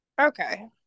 Okay